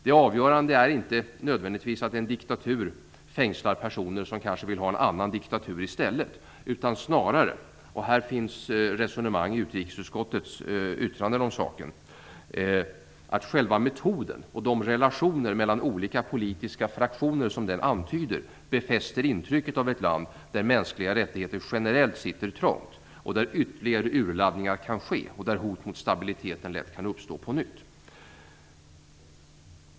Det avgörande är inte nödvändigtvis att en diktatur fängslar personer som kanske vill ha en annan diktatur i stället utan snarare - och här finns resonemang i utrikesutskottets yttranden som saken - att själva metoden och de relationer mellan olika politiska fraktioner som detta antyder befäster intrycket av ett land där mänskliga rättigheter generellt sitter trångt, där ytterligare urladdningar kan ske och där hot mot stabiliteten lätt kan uppstå på nytt.